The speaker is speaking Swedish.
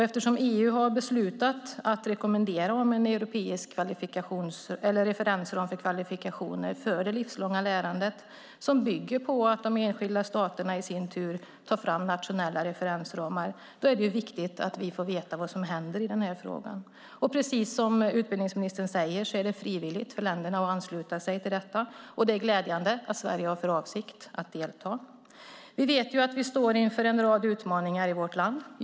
Eftersom EU har beslutat att rekommendera en europeisk referensram för kvalifikationer för det livslånga lärandet som bygger på att de enskilda staterna i sin tur tar fram nationella referensramar är det viktigt att vi får veta vad som händer i den här frågan. Precis som utbildningsministern säger är det frivilligt för länderna att ansluta sig till detta, och det är därför glädjande att Sverige har för avsikt att delta. Vi vet att vi står inför en rad utmaningar i vårt land.